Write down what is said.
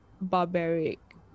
barbaric